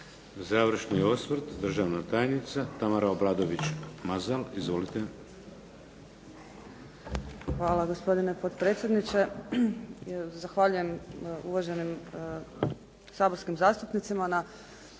Završni osvrt, državna tajnica Tamara Obradović-Mazal. Izvolite. **Obradović Mazal, Tamara** Hvala gospodine potpredsjedniče. Zahvaljujem uvaženim saborskim zastupnicima na